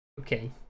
Okay